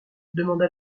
demanda